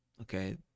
okay